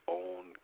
own